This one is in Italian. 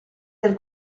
del